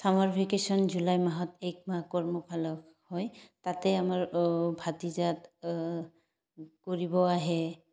summer vacation July মাহত এক হয় তাতে আমাৰ ভাটিজা কৰিব আহে